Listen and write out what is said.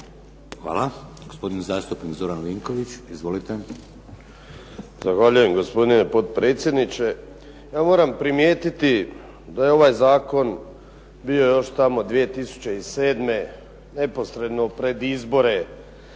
Hvala. Gospodin zastupnik Zoran Vinković. Izvolite. **Vinković, Zoran (SDP)** Zahvaljujem, gospodine potpredsjedniče. Ja moram primjetiti da je ovaj zakon bio još tamo 2007. neposredno pred izbore